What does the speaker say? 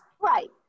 Right